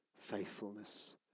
faithfulness